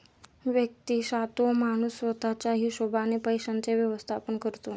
व्यक्तिशः तो माणूस स्वतः च्या हिशोबाने पैशांचे व्यवस्थापन करतो